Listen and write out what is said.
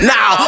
Now